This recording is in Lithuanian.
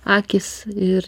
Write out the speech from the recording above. akys ir